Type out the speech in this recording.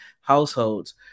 households